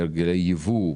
בהרגלי ייבוא,